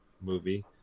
movie